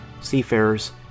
seafarers